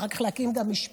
ואחר כך להקים גם משפחה?